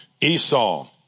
Esau